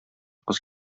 кыз